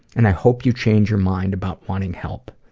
and i hope you change your mind about wanting help.